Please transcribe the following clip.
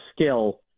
skill